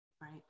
Right